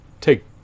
take